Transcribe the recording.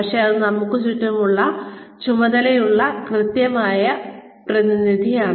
പക്ഷേ അത് നമുക്കുള്ള ചുമതലയുടെ കൃത്യമായ പ്രതിനിധിയാണ്